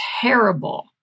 terrible